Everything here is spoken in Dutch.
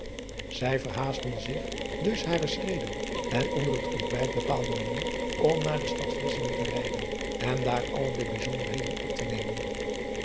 ij verhaastten dus h re schreden en onder het ontbijt bepaalde men nu om naar de tad lissingen te rijden en daar alle de bijzonderheden op te nemen